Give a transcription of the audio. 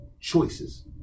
choices